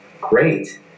Great